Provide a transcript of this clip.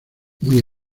muy